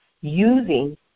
using